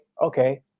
Okay